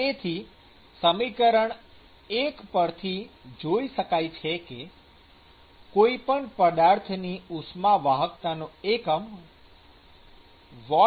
તેથી સમીકરણ ૧ પરથી જોઈ શકાય છે કે કોઈ પણ પદાર્થની ઉષ્મા વાહકતાનો એકમ વોટમી